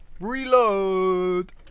Reload